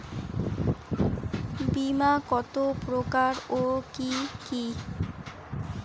বীমা কত প্রকার ও কি কি?